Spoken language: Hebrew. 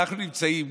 פשרת פיוס.